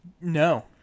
No